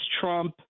Trump